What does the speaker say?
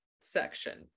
section